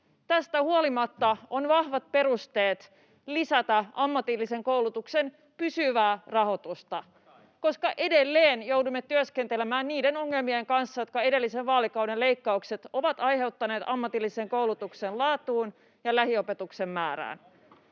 Tästä huolimatta on vahvat perusteet lisätä ammatillisen koulutuksen pysyvää rahoitusta, [Timo Heinonen: No totta kai!] koska edelleen joudumme työskentelemään niiden ongelmien kanssa, joita edellisen vaalikauden leikkaukset ovat aiheuttaneet [Timo Heinonen: Eivät ne nyt enää